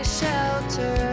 shelter